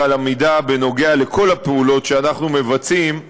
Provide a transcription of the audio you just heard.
על המידה בנוגע לכל הפעולות שאנחנו מבצעים,